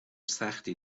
سختی